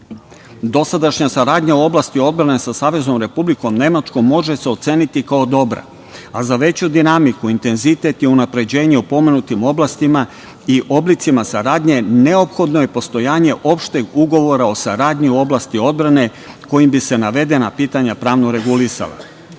zadataka. Dosadašnja saradnja u oblasti odbrane sa Saveznom Republikom Nemačkom može se oceniti kao dobra, a za veću dinamiku, intenzitet i unapređenje u pomenutim oblastima i oblicima saradnje neophodno je postojanje opšteg ugovora o saradnji u oblasti odbrane kojim bi se navedena pitanja pravno regulisala.